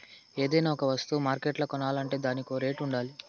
ఏదైనా ఒక వస్తువ మార్కెట్ల కొనాలంటే దానికో రేటుండాలిగా